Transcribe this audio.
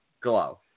Glow